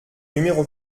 numéro